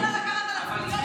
אתם לא סופרים נשים.